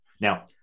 now